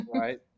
Right